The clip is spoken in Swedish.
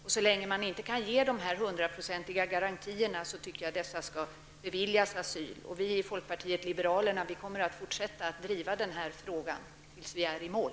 Och så länge man inte kan ge dessa hundraprocentiga garantier tycker jag att dessa människor skall beviljas asyl. Vi i folkpartiet liberalerna kommer att fortsätta att driva den här frågan tills vi är i mål.